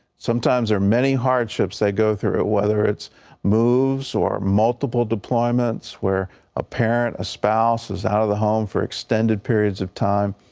sometimes there are many hardships they go through, whether it's moves or multiple deployments, where a parent, a spouse is out of the home for extended periods of time.